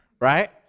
right